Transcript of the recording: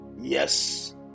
Yes